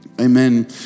Amen